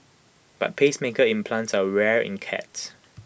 but pacemaker implants are rare in cats